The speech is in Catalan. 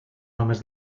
només